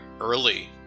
early